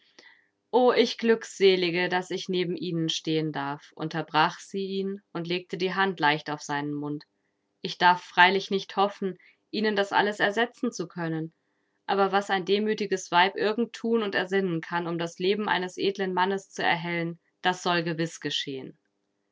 o ich glückselige daß ich neben ihnen stehen darf unterbrach sie ihn und legte die hand leicht auf seinen mund ich darf freilich nicht hoffen ihnen das alles ersetzen zu können aber was ein demütiges weib irgend thun und ersinnen kann um das leben eines edlen mannes zu erhellen das soll gewiß geschehen